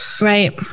Right